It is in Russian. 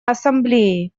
ассамблеи